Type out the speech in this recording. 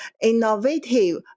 innovative